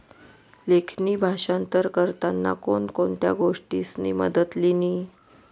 लेखणी भाषांतर करताना कोण कोणत्या गोष्टीसनी मदत लिनी